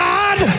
God